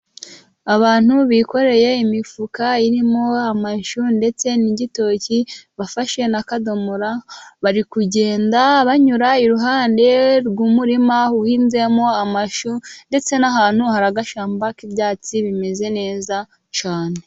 Abantu bikoreye imifuka irimo amashu ndetse n'igitoki, bafashe n'akadomora. Bari kugenda banyura iruhande rw'umurima uhinzemo amashu, ndetse n'ahantu hari agashyamba k'ibyatsi bimeze neza cyane.